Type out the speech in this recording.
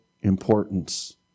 importance